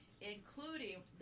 including